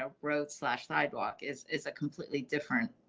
ah road slash sidewalk is is a completely different.